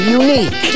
unique